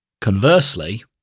Conversely